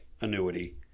annuity